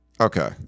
Okay